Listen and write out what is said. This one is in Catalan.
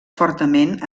fortament